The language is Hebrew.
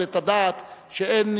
תודה רבה.